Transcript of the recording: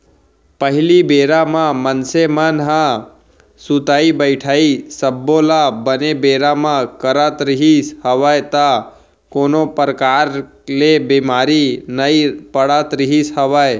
पहिली बेरा म मनसे मन ह सुतई बइठई सब्बो ल बने बेरा म करत रिहिस हवय त कोनो परकार ले बीमार नइ पड़त रिहिस हवय